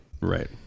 Right